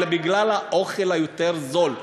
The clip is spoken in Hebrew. אלא בגלל האוכל היותר-זול.